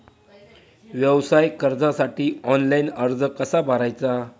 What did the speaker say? व्यवसाय कर्जासाठी ऑनलाइन अर्ज कसा भरायचा?